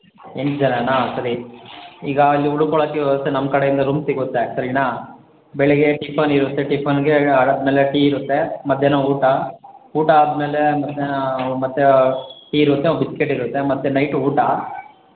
ಎಂಟು ಜನಾನ ಸರಿ ಈಗ ಅಲ್ಲಿ ಉಳ್ಕೊಳ್ಳಕ್ಕೆ ವ್ಯವಸ್ಥೆ ನಮ್ಮ ಕಡೆಯಿಂದ ರೂಮ್ ಸಿಗುತ್ತೆ ಸರಿನಾ ಬೆಳಿಗ್ಗೆ ಟಿಫನ್ ಇರುತ್ತೆ ಟಿಫನ್ಗೆ ಆದಮೇಲೆ ಟೀ ಇರುತ್ತೆ ಮಧ್ಯಾಹ್ನ ಊಟ ಊಟ ಆದಮೇಲೆ ಮಧ್ಯಾಹ್ನ ಮತ್ತೆ ಟೀ ಇರುತ್ತೆ ಬಿಸ್ಕಿಟ್ ಇರುತ್ತೆ ಮತ್ತು ನೈಟು ಊಟ